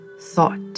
Thought